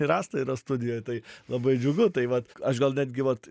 ir asta yra studijoj tai labai džiugu tai vat aš gal netgi vat